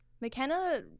McKenna